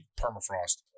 permafrost